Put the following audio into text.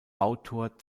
autor